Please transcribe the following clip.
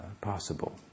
possible